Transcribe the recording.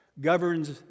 governs